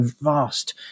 vast